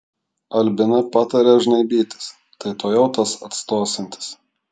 albina patarė žnaibytis tai tuojau tas atstosiantis